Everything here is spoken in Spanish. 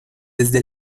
desde